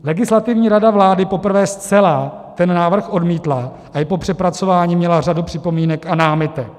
Legislativní rada vlády poprvé zcela ten návrh odmítla a i po přepracování měla řadu připomínek a námitek.